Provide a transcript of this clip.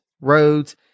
roads